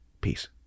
Peace